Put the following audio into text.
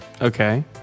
Okay